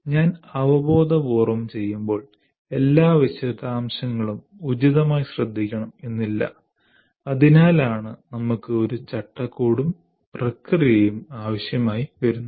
ഞാൻ അവബോധപൂർവ്വം ചെയ്യുമ്പോൾ എല്ലാ വിശദാംശങ്ങളും ഉചിതമായി ശ്രദ്ധിക്കണം എന്നില്ല അതിനാലാണ് നമുക്ക് ഒരു ചട്ടക്കൂടും പ്രക്രിയയും ആവശ്യമായി വരുന്നത്